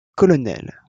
colonel